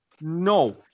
No